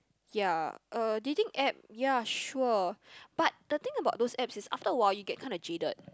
ya uh dating app ya sure but the thing about those apps is after a while you get kinda jaded